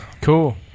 Cool